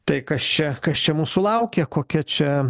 tai kas čia kas čia mūsų laukia kokia čia